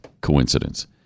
coincidence